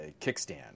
kickstand